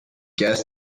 gas